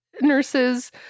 nurses